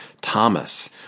Thomas